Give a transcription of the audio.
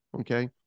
okay